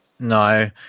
No